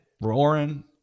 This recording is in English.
Roaring